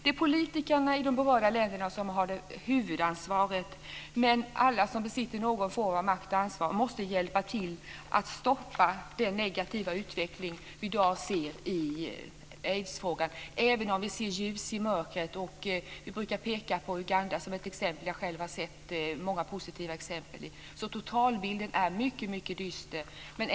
Det är politikerna i de berörda länderna som har huvudansvaret, men alla som besitter någon form av makt och ansvar måste hjälpa till för att stoppa den negativa utveckling som vi i dag ser i aidsfrågan, även om vi ser ljus i mörkret. Jag brukar peka på Uganda som ett exempel som jag själv har sett. Totalbilden är dock mycket dyster.